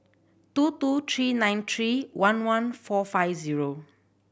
two two three nine three one one four five zero